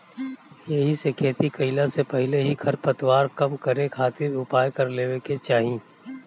एहिसे खेती कईला से पहिले ही खरपतवार कम करे खातिर उपाय कर लेवे के चाही